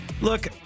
Look